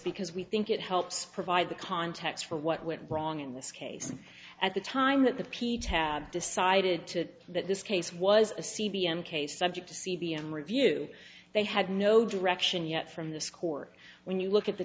because we think it helps provide the context for what went wrong in this case at the time that the peach had decided to that this case was a c v encased subject to see the end review they had no direction yet from the score when you look at the